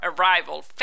Arrival